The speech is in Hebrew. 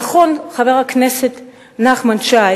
נכון, חבר הכנסת נחמן שי